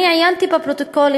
אני עיינתי בפרוטוקולים,